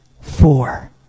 Four